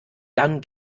dann